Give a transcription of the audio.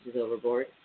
overboard